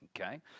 Okay